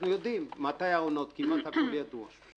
אנחנו יודעים מתי העונות, כמעט הכול ידוע.